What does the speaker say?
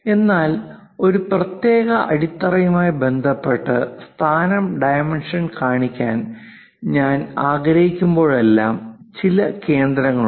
എന്നാൽ ഒരു പ്രത്യേക അടിത്തറയുമായി ബന്ധപ്പെട്ട് സ്ഥാനം ഡൈമെൻഷൻ കാണിക്കാൻ ഞാൻ ആഗ്രഹിക്കുമ്പോഴെല്ലാം ചില കേന്ദ്രങ്ങളുണ്ട്